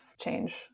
change